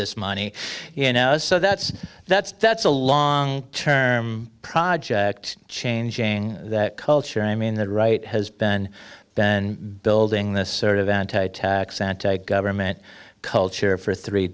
this money you know so that's that's that's a long term project changing the culture i mean the right has been been building this sort of anti tax anti government culture for three